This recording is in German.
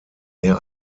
mehr